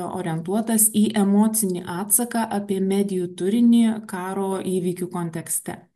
orientuotas į emocinį atsaką apie medijų turinį karo įvykių kontekste